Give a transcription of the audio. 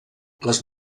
les